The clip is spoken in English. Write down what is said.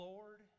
Lord